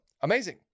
amazing